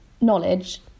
knowledge